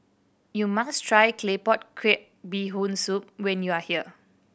you must try Claypot Crab Bee Hoon Soup when you are here